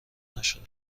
نشدم